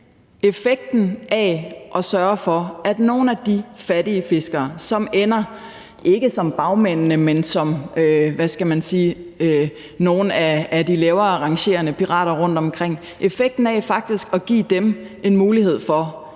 effekten af at sørge for, at nogle af de fattige fiskere, som ender, ikke som bagmændene, men som, hvad skal man sige, nogle af de lavere rangerende pirater rundt omkring: Effekten af faktisk at give dem en mulighed for